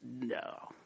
no